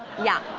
yeah.